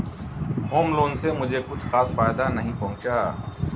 home loan से मुझे कुछ खास फायदा नहीं पहुंचा